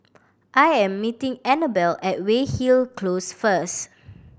I am meeting Annabella at Weyhill Close first